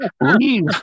leave